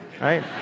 Right